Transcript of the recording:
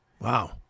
Wow